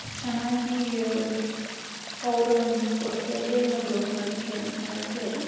ಚೆನ್ನಾಗಿ ಅವರ ಒಂದು ಕೆರಿಯರ್ನು ಗ್ರೋತ್ ಮಾಡೋದಕ್ಕೆ ಹೆಲ್ಪ್ ಮಾಡುತ್ತೆ ಅದು